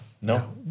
No